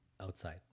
outside